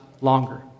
longer